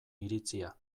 iritzia